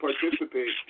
participate